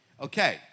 Okay